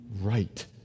right